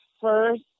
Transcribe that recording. first